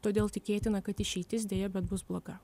todėl tikėtina kad išeitis deja bet bus bloga